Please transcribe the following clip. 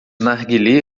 narguilé